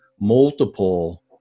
multiple